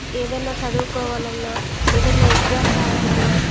ఏదైనా చదువుకోవాలన్న ఏదైనా ఎగ్జామ్ రాయాలి అన్న